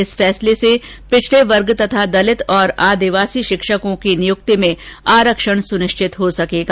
इस फैसले से पिछडे वर्ग तथा दलित और आदिंवासी शिक्षकों की नियुक्ति में आरक्षण सुनिश्चित हो सकेगा